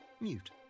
Mute